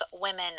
women